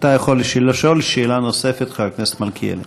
אתה יכול לשאול שאלה נוספת, חבר הכנסת מלכיאלי.